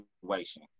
situation